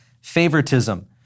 favoritism